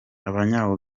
abanya